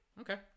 Okay